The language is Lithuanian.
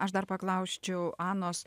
aš dar paklausčiau anos